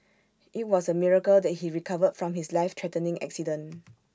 IT was A miracle that he recovered from his life threatening accident